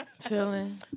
Chilling